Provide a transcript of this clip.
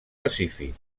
pacífic